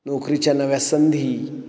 नोकरीच्या नव्या संंधी